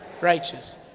righteous